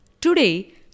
Today